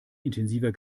intensiver